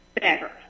better